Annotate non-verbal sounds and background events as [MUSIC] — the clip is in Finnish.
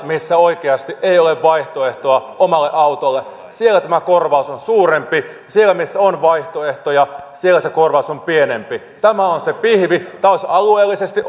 missä oikeasti ei ole vaihtoehtoa omalle autolle siellä tämä korvaus on suurempi ja siellä missä on vaihtoehtoja siellä se korvaus on pienempi tämä on se pihvi tämä olisi alueellisesti [UNINTELLIGIBLE]